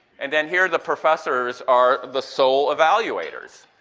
and then here the professors are the sole evaluators.